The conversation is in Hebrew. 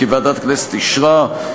כי ועדת הכנסת אישרה,